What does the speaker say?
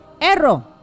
Error